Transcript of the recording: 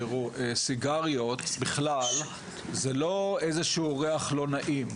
תראו, סיגריות בכלל זה לא איזשהו ריח לא נעים.